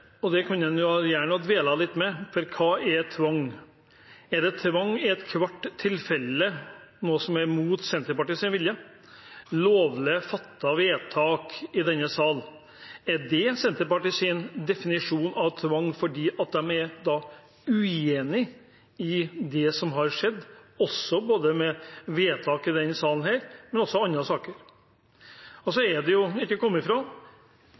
igjen. Det kunne man gjerne dvelt litt ved. For hva er tvang? Er det tvang i ethvert tilfelle når det er imot Senterpartiets vilje – lovlig fattede vedtak i denne sal? Er det Senterpartiets definisjon av tvang, fordi de er uenig i det som har skjedd, med vedtak i denne salen, men også i andre saker? Og det er ikke til å komme fra,